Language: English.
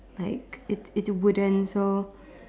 like it's it's wooden so